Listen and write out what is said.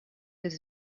this